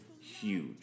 huge